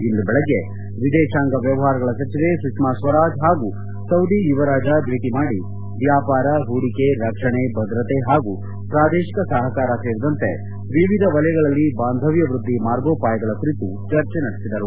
ಇಂದು ಬೆಳಿಗ್ಗೆ ವಿದೇಶಾಂಗ ವ್ಯವಹಾರಗಳ ಸಚಿವೆ ಸುಷ್ಮಾ ಸ್ವರಾಜ್ ಹಾಗೂ ಸೌದಿ ಯುವರಾಜ ಭೇಟಿ ಮಾಡಿ ವ್ಕಾಪಾರ ಪೂಡಿಕೆ ರಕ್ಷಣೆ ಭದ್ರತೆ ಪಾಗೂ ಪೂದೇಶಿಕ ಸಹಕಾರ ಸೇರಿದಂತೆ ವಿವಿಧ ವಲಯಗಳಲ್ಲಿ ಬಾಂಧವ್ಯ ವ್ಯದ್ಧಿ ಮಾರ್ಗೋಪಾಯಗಳ ಕುರಿತು ಚರ್ಚೆ ನಡೆಸಿದರು